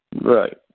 Right